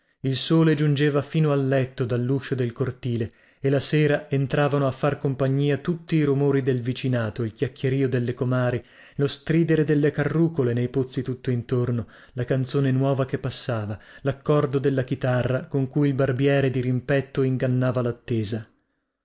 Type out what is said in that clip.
il sole giungeva fino al letto dalluscio del cortile e la sera entravano a far compagnia tutti i rumori del vicinato il chiacchierío delle comari lo stridere delle carrucole nei pozzi tutto intorno la canzone nuova che passava laccordo della chitarra con cui il barbiere dirimpetto ingannava lattesa